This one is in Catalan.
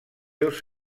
seus